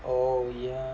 oh yeah